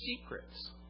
secrets